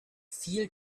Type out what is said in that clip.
viel